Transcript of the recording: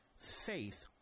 faith